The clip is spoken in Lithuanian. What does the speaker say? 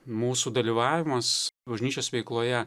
mūsų dalyvavimas bažnyčios veikloje